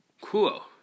Cool